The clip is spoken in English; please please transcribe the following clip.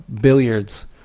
billiards